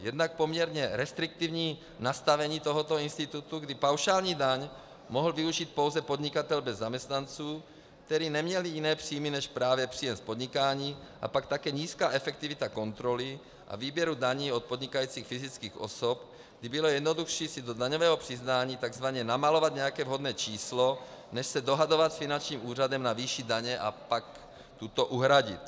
Jednak poměrně restriktivní nastavení tohoto institutu, kdy paušální daň mohl využít pouze podnikatel bez zaměstnanců, který neměl jiné příjmy než právě příjem z podnikání, a pak také nízká efektivita kontroly a výběru daní od podnikajících fyzických osob, kdy bylo jednodušší si do daňového přiznání takzvaně namalovat nějaké vhodné číslo než se dohadovat s finančním úřadem o výši daně a pak tuto uhradit.